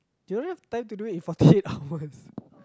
they don't have time to do it in forty eight hours